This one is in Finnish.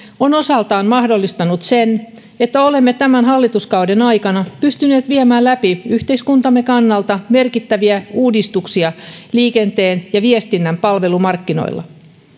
on osaltaan mahdollistanut sen että olemme tämän hallituskauden aikana pystyneet viemään läpi yhteiskuntamme kannalta merkittäviä uudistuksia liikenteen ja viestinnän palvelumarkkinoilla